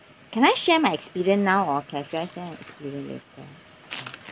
can I share my experience now or can should I share my experience later